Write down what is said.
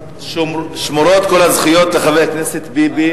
שמורות כל הזכויות לחבר הכנסת ביבי.